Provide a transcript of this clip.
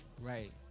right